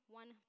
one